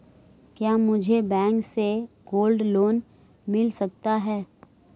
क्या मुझे बैंक से गोल्ड लोंन मिल सकता है?